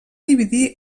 dividir